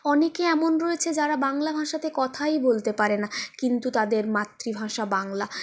অনেকে এমন রয়েছে যারা বাংলা ভাষাতে কথাই বলতে পারে না কিন্তু তাদের মাতৃভাষা বাংলা